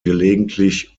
gelegentlich